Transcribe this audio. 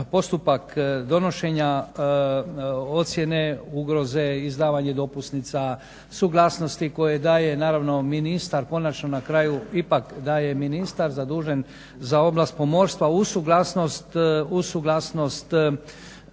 postupak donošenja ocjene ugroze, izdavanje dopusnica, suglasnosti koje daje naravno ministar. Konačno na kraju ipak daje ministar zadužen za oblast pomorstva uz suglasnost